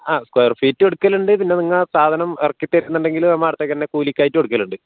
ആ സ്ക്വയർ ഫീറ്റും എടുക്കലുണ്ട് പിന്നെ നിങ്ങൾ സാധനം ഇറക്കിത്തരുമെന്നുണ്ടെങ്കിൽ നമ്മൾ അവിടെത്തേക്ക് തന്നെ കൂലിക്കായിട്ടും എടുക്കലുണ്ട്